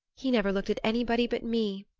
he never looked at anybody but me.